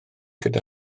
gyda